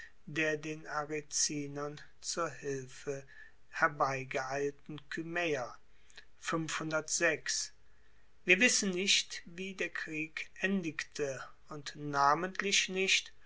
der den aricinern zur hilfe herbeigeeilten kymaeer wir wissen nicht wie der krieg endigte und namentlich nicht